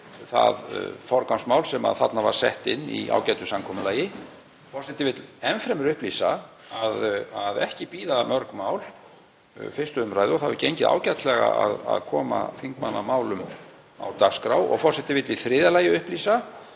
dagskrá það forgangsmál sem þarna var sett inn í ágætu samkomulagi. Forseti vill enn fremur upplýsa að ekki bíða mörg mál 1. umr., og hefur gengið ágætlega að koma þingmannamálum á dagskrá. Forseti vill í þriðja lagi upplýsa